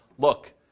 look